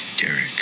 Derek